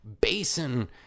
basin